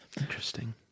Interesting